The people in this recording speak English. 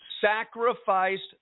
sacrificed